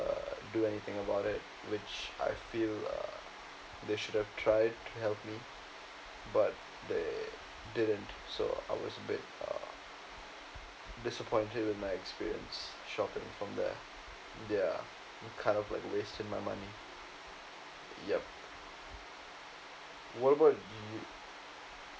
do anything about it which I feel uh they should have tried to help me but they didn't so I was a bit uh disappointed with my experience shopped it from there ya kind of like wasted my money yup what about